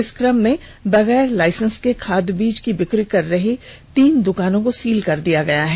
इस क्रम में बगैर लाइसेंस के खाद बीज की बिक्री कर रहे तीन दुकानों को सील कर दिया है